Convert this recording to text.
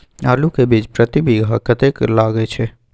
आलू के बीज प्रति बीघा कतेक लागय छै?